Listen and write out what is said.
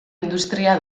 industria